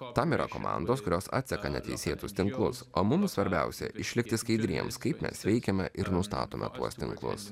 tam yra komandos kurios atseka neteisėtus tinklus o mums svarbiausia išlikti skaidriems kaip mes veikiame ir nustatome tuos tinklus